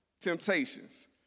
temptations